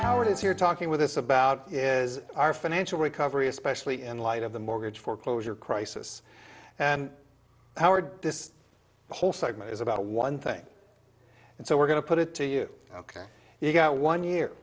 hours here talking with us about is our financial recovery especially in light of the mortgage foreclosure crisis and howard this whole segment is about one thing and so we're going to put it to you ok you got one year